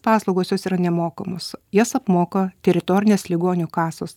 paslaugos jos yra nemokamos jas apmoka teritorinės ligonių kasos